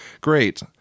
great